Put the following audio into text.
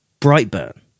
Brightburn